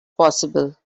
possible